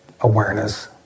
awareness